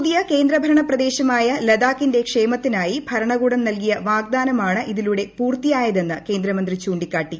പുതിയ കേന്ദ്രഭരണ പ്രദേശമായ ലഡാക്കിന്റെ ക്ഷേമത്തിനായി ഭരണകൂടം നൽകിയ വാഗ്ദാനമാണ് ഇതിലൂടെ പൂർത്തിയായതെന്ന് കേന്ദ്രമന്ത്രി ചൂണ്ടിക്കാട്ടി